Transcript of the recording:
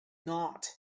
not